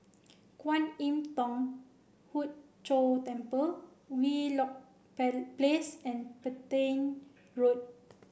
Kwan Im Thong Hood Cho Temple Wheelock Place and Petain Road